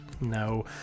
no